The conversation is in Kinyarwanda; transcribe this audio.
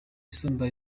isumba